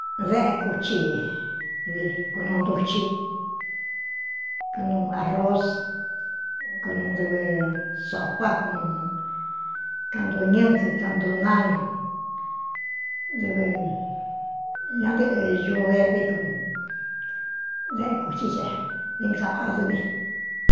Déꞌen kuthi vi kunuu ntuchi konuu arroz kunuu dɨvɨ sopá kunuu kaꞌntu ñɨ́ncɨ kaꞌntu náña dɨvɨ ñantɨꞌɨ ūvevi knuu deꞌn kūthí ce ingaadɨvi.